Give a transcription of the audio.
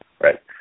right